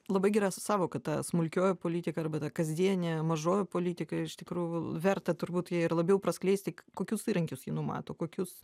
labai geras sąvoka ta smulkioji politika arba ta kasdienė mažoji politika iš tikrų verta turbūt ją ir labiau praskleisti k kokius įrankius ji numato kokius